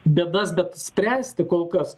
bėdas bet spręsti kol kas